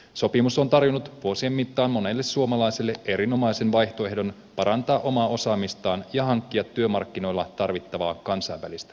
sopimus on tarjonnut vuosien mittaan monelle suomalaiselle erinomaisen vaihtoehdon parantaa omaa osaamistaan ja hankkia työmarkkinoilla tarvittavaa kansainvälistä kokemusta